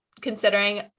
considering